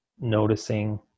noticing